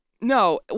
No